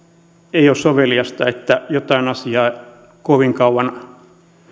ei ole soveliasta että jotain asiaa kovin kauan